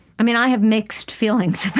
i mean, i have mixed feelings